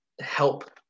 help